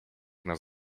nas